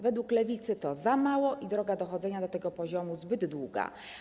Według Lewicy to za mało, a droga dochodzenia do tego poziomu jest zbyt długa.